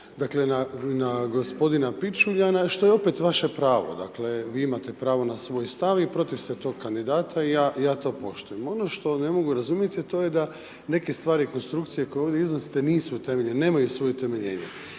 dakle na gospodina Pičuljana što je opet vaše pravo. Dakle, vi imate pravo na svoj stav i protiv ste tog kandidata i ja to poštujem. Ono što ne mogu razumjeti, a to je da neke stvari konstrukcije koje ovdje iznosite nisu utemeljene, nemaju svoje utemeljenje